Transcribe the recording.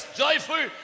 joyful